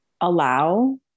allow